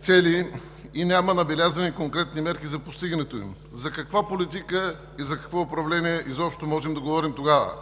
цели и няма набелязани конкретни мерки за постигането им. За каква политика и за какво управление изобщо можем да говорим тогава?